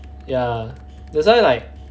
ya that's why like